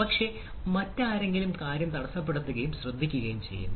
പക്ഷേ മറ്റാരെങ്കിലും കാര്യം തടസ്സപ്പെടുത്തുകയും ശ്രദ്ധിക്കുകയും ചെയ്യുന്നു